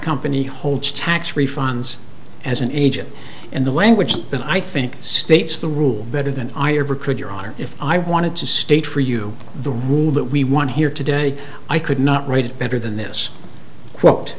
company holds tax refunds as an agent and the language that i think states the rule better than i ever could your honor if i wanted to state for you the rule that we want to hear today i could not write it better than this quote